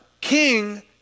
king